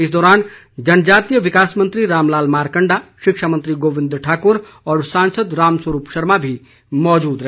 इस दौरान जनजातीय विकास मंत्री रामलाल मारकंडा शिक्षा मंत्री गोविंद ठाकुर और सांसद रामस्वरूप शर्मा भी मौजूद रहे